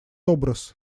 образ